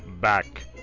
Back